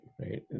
right